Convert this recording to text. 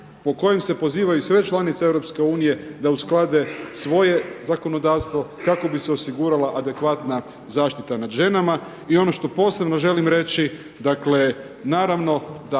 po kojem se pozivaju sve članice EU da usklade svoje zakonodavstvo kako bi se osigurala adekvatna zaštita nad ženama. I ono što posebno želim reći, naravno da